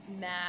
mad